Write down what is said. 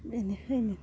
बेनिखायनो